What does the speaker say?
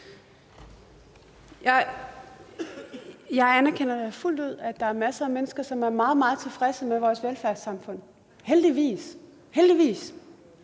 Jeg anerkender fuldt ud, at der er masser af mennesker, som er meget, meget tilfredse med vores velfærdssamfund. Heldigvis! Er det